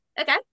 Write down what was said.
okay